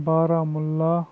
Baramulla